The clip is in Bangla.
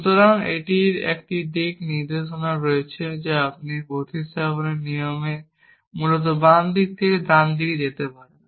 সুতরাং এটির একটি দিক নির্দেশনা রয়েছে যা আপনি প্রতিস্থাপনের নিয়মে মূলত বাম থেকে ডানে যেতে পারেন